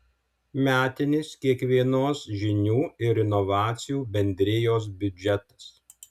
metinis kiekvienos žinių ir inovacijų bendrijos biudžetas